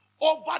over